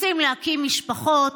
רוצים להקים משפחות,